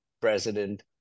president